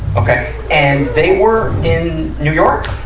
okay. and they were in new york?